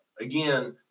again